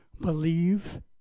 Believe